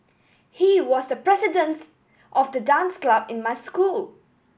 he was the presidents of the dance club in my school